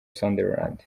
sunderland